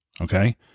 Okay